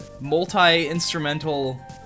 multi-instrumental